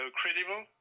credible